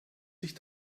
sich